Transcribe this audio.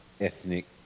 Ethnic